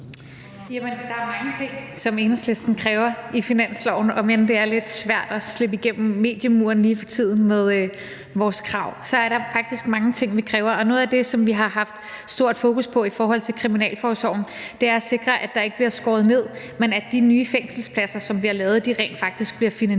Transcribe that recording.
der er mange ting, som Enhedslisten kræver i finansloven, om end det er lidt svært at slippe igennem mediemuren lige for tiden med vores krav. Der er faktisk mange ting, vi kræver, og noget af det, som vi har haft stort fokus på i forhold til Kriminalforsorgen, er at sikre, at der ikke bliver skåret ned, men at de nye fængselspladser, som bliver lavet, rent faktisk bliver finansieret.